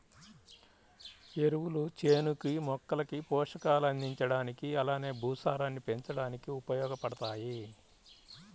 ఎరువులు చేనుకి, మొక్కలకి పోషకాలు అందించడానికి అలానే భూసారాన్ని పెంచడానికి ఉపయోగబడతాయి